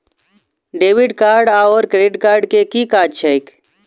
Debit card आओर credit card केँ की काज छैक?